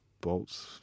bolts